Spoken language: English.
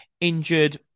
injured